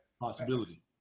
Possibility